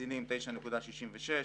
לקצינים 9.66%,